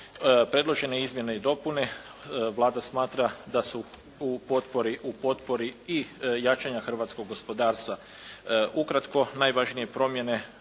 Predložene izmjene i dopune Vlada smatra da su u potpori i jačanja hrvatskog gospodarstva. Ukratko, najvažnije promjene